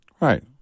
Right